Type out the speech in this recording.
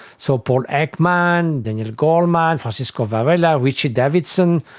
so paul ekman, daniel goleman, francisco varela, richard davidson,